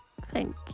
thank